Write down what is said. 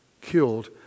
killed